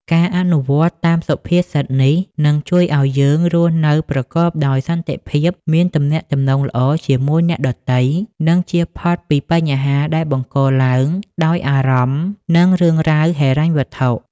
ការអនុវត្តតាមសុភាសិតនេះ នឹងជួយឲ្យយើងរស់នៅប្រកបដោយសន្តិភាព មានទំនាក់ទំនងល្អជាមួយអ្នកដទៃ និងជៀសផុតពីបញ្ហាដែលបង្កឡើងដោយអារម្មណ៍ និងរឿងរ៉ាវហិរញ្ញវត្ថុ។